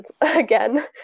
again